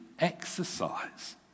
exercise